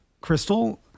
Crystal